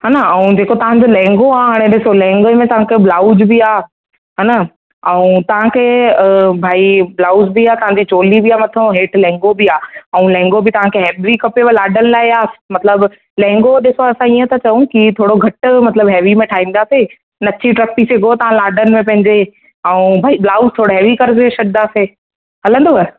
ऐं जेको तव्हां जो लहंगो आहे हाणे लहंगे में तव्हां खे ब्लाउज बि आहे हा न ऐं तव्हां खे भाई ब्लाउज़ बि आहे तव्हां खे चोली बि आहे मथों हेठि लहंगो बि आहे ऐं लहंगो बि तव्हां खे एब्री खपेव लाॾनि लाइ मतिलबु लहंगो असां ईअं था चऊं कि थोरो घटि मतिलबु हैवी में ठाहीदासीं नची टुपी सिघो तव्हां लाॾनि में पंहिंजे ऐं भाई ब्लाउस थोरो हैवी में करे छॾंदासीं हलंदव